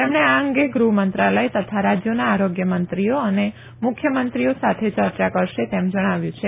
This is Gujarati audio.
તેમણે આ અંગે ગૃહ મંત્રાલય તથા રાજ્યોના આરોગ્ય મંત્રીઓ અને મુખ્યમંત્રીઓ સાથે ચર્ચા કરશે તેમ જણાવ્યું છે